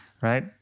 right